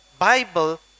Bible